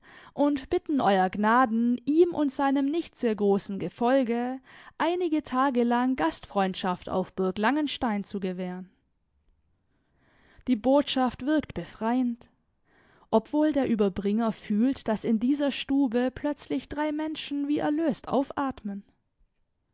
und bitten euer gnaden ihm und seinem nicht sehr großen gefolge einige tage lang gastfreundschaft auf burg langenstein zu gewähren die botschaft wirkt befreiend ob wohl der überbringer fühlt daß in dieser stube plötzlich drei menschen wie erlöst aufatmen